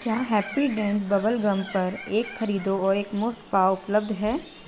क्या Happydent bubblegum पर एक खरीदो और एक मुफ्त पाओ उपलब्ध है